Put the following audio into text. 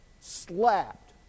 slapped